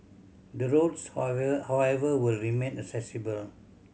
the roads however however will remain accessible